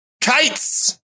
Kites